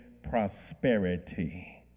prosperity